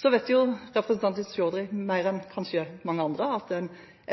Så vet representanten Chaudhry kanskje mer enn mange andre at